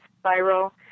spiral